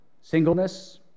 singleness